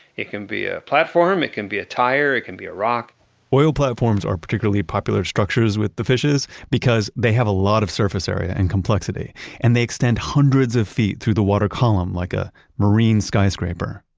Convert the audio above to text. it can be a platform, it can be a tire, it can be a rock oil platforms are particularly popular structures with the fishes because they have a lot of surface area and complexity and they extend hundreds of feet through the water column like a marine skyscraper.